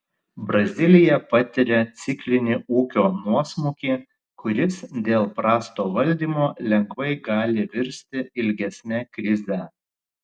brazilija patiria ciklinį ūkio nuosmukį kuris dėl prasto valdymo lengvai gali virsti ilgesne krize